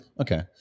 okay